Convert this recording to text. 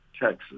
Texas